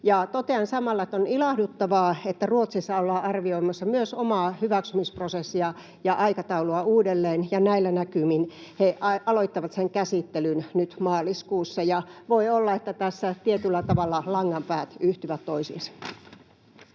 Totean samalla, että on ilahduttavaa, että Ruotsissa ollaan arvioimassa myös omaa hyväksymisprosessia ja aikataulua uudelleen, ja näillä näkymin he aloittavat sen käsittelyn nyt maaliskuussa, ja voi olla, että tässä tietyllä tavalla langanpäät yhtyvät toisiinsa.